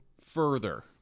further